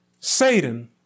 Satan